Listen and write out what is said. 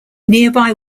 nearby